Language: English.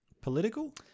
Political